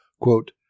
Quote